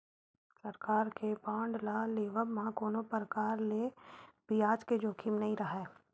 सरकार के बांड ल लेवब म कोनो परकार ले बियाज के जोखिम नइ राहय